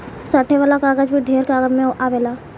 साटे वाला कागज भी ढेर काम मे आवेला